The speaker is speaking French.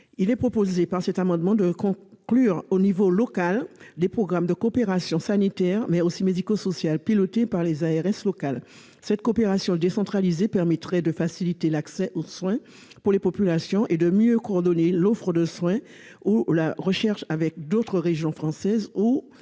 Il vise à permettre de conclure, au niveau local, des programmes de coopération sanitaire, mais aussi médico-sociale, pilotés par les ARS locales. Cette coopération décentralisée permettrait de faciliter l'accès aux soins pour les populations et de mieux coordonner l'offre de soins ou la recherche avec d'autres régions françaises